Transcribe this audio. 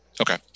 Okay